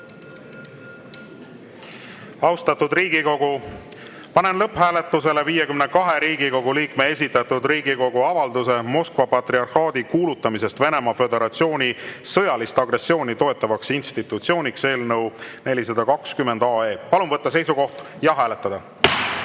Austatud Riigikogu, panen lõpphääletusele 52 Riigikogu liikme esitatud Riigikogu avalduse "Moskva patriarhaadi kuulutamisest Venemaa Föderatsiooni sõjalist agressiooni toetavaks institutsiooniks" eelnõu 420. Palun võtta seisukoht ja hääletada!